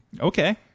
Okay